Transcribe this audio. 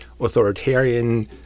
authoritarian